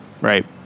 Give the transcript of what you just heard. Right